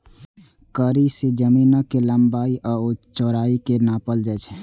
कड़ी सं जमीनक लंबाइ आ चौड़ाइ कें नापल जाइ छै